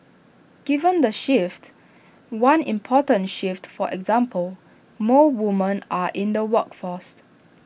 given the shifts one important shift for example more women are in the workforce